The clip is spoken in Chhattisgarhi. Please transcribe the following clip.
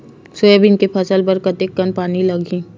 सोयाबीन के फसल बर कतेक कन पानी लगही?